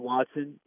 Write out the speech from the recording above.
Watson